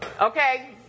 okay